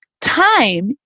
Time